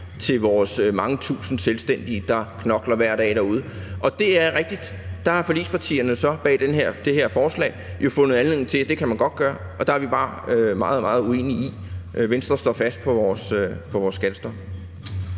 til vores mange tusind selvstændige, der knokler hver dag derude. Og det er rigtigt, at forligspartierne bag det her forslag jo så har fundet anledning til, at det kan man godt gøre, og det er vi bare meget, meget uenige i. I Venstre står vi fast på vores skattestop.